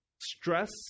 stress